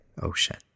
ocean